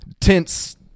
tents